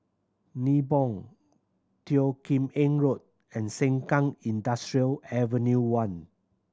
Nibong Teo Kim Eng Road and Sengkang Industrial Avenue One